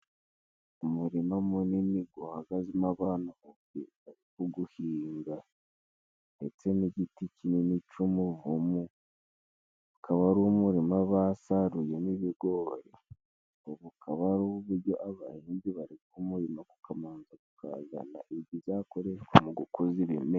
Umurima munini guhagazemo abantu bari kuguhinga ndetse n'igiti kinini cy'umuvumu, ukaba ari umurima basaruyemo ibigori. Ubu bukaba ari uburyo abahinzi bareka umurima ukamanza ukazana ibizakoreshwa mu gukoza ireme...